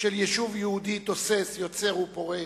של יישוב יהודי תוסס, יוצר ופורה,